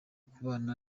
kubana